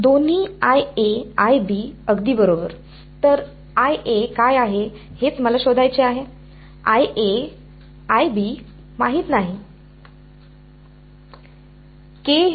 दोन्ही अगदी बरोबर तर काय आहे हेच मला शोधायचे आहे माहित नाहीत